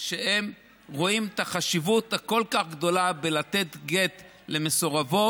שהם רואים את החשיבות הכל-כך גדולה בלתת גט למסורבות,